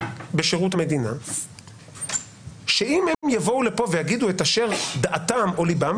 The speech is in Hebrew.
בשירות המדינה שאם הם יבואו לפה ויגידו את דעתם או אשר על ליבם,